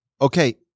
Okay